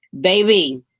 Baby